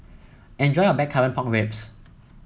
enjoy your Blackcurrant Pork Ribs